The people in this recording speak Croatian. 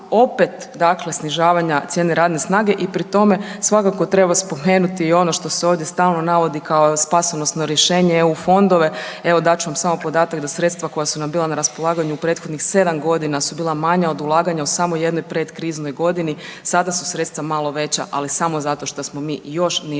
opet dakle snižavanja cijene radne snage. I pri tome svakako treba spomenuti i ono što se ovdje stalno navodi kao spasonosno rješenje EU fondove. Evo dat ću vam samo podatak da sredstva koja su nam bila na raspolaganju u prethodnih 7 godina su bila manja od ulaganja u samo jednoj predkriznoj godini. Sada su sredstva malo veća, ali samo zato što smo mi još niže